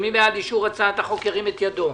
מי בעד אישור הצעת החוק ירים את ידו.